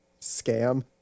scam